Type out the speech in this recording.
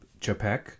Chapek